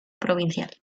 provincial